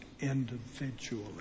individually